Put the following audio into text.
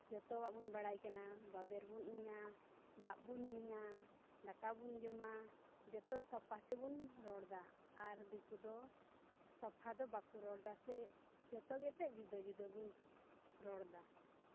ᱡᱚᱛᱚᱣᱟᱜ ᱵᱚᱱ ᱵᱟᱲᱟᱭ ᱠᱟᱱᱟ ᱵᱟᱵᱮᱨ ᱵᱚᱱ ᱩᱧᱟ ᱫᱟᱜᱵᱚᱱ ᱧᱩᱭᱟ ᱫᱟᱠᱟᱵᱚᱱ ᱡᱚᱢᱟ ᱡᱚᱛᱚ ᱥᱟᱯᱷᱟ ᱛᱮᱵᱚᱱ ᱨᱚᱲᱫᱟ ᱟᱨ ᱫᱤᱠᱩ ᱫᱚ ᱥᱟᱯᱷᱟ ᱫᱚ ᱵᱟᱠᱚ ᱨᱚᱲᱫᱟ ᱥᱮ ᱡᱚᱛᱚᱜᱮ ᱮᱱᱛᱮᱫ ᱡᱩᱫᱟᱹ ᱡᱩᱫᱟᱹᱵᱚᱱ ᱨᱚᱲᱫᱟ